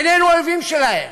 איננו אויבים שלהם.